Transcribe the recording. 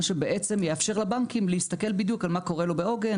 מה שיאפשר לבנקים להסתכל על מה קורה לו בעוגן,